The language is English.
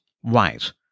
white